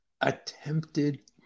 attempted